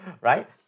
right